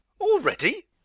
Already